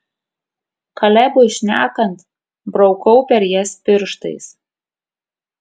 kalebui šnekant braukau per jas pirštais